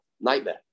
nightmare